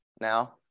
Now